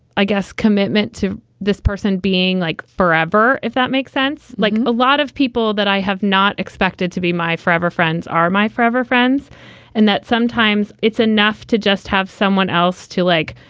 i guess commitment to this person being like forever, if that makes sense. like a lot of people that i have not expected to be my forever friends are my forever friends and that sometimes it's enough to just have someone else to, like,